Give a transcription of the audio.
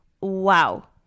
wow